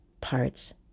parts